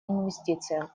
инвестициям